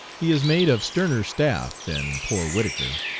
he is made of sterner staff than poor whittaker.